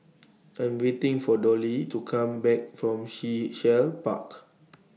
I Am waiting For Dollye to Come Back from Sea Shell Park